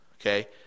Okay